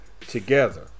together